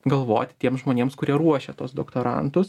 galvoti tiems žmonėms kurie ruošia tuos doktorantus